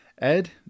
Ed